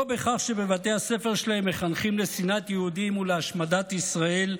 לא בהכרח בבתי הספר שלהם מחנכים לשנאת יהודים ולהשמדת ישראל,